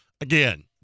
again